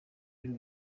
y’u